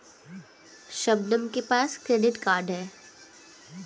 शबनम के पास credit card है